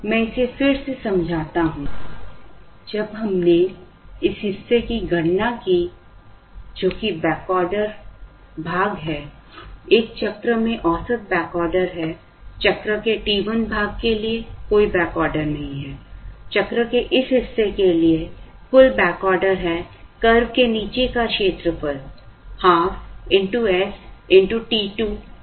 मैं इसे फिर से समझाता हूं जब हमने इस हिस्से की गणना की जो कि बैकऑर्डर 1भाग है एक चक्र में औसत बैकऑर्डर है चक्र के टी 1 भाग के लिए कोई बैकऑर्डर नहीं है चक्र के इस हिस्से के लिए कुल बैकऑर्डर है कर्व के नीचे का क्षेत्रफल ½ s t 2 t1t2 है